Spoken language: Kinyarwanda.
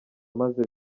maze